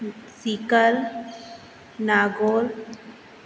sickle Nagaur